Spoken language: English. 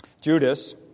Judas